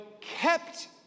kept